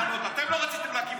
למה, אתה היית פה?